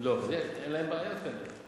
לא, אין להם בעיות כנראה.